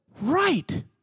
Right